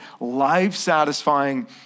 life-satisfying